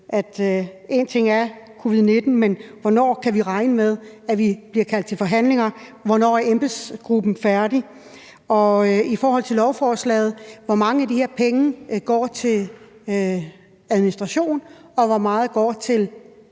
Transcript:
selvfølgelig også høre, hvornår vi kan regne med, at vi bliver kaldt til forhandlinger. Hvornår er embedsmandsgruppen færdig? I forhold til lovforslaget: Hvor mange af de her penge går til administration, og hvor meget går til